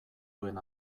duen